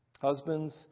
Husbands